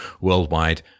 worldwide